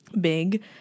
big